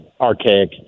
archaic